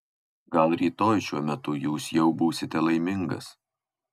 gal rytoj šiuo metu jūs jau būsite laimingas